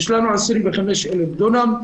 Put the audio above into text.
יש לנו 25,000 דונם.